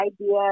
idea